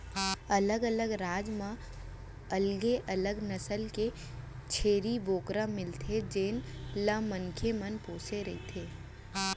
अलग अलग राज म अलगे अलग नसल के छेरी बोकरा मिलथे जेन ल मनसे मन पोसे रथें